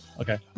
Okay